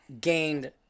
gained